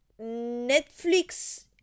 Netflix